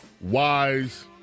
wise